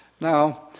Now